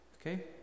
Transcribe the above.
okay